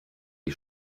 die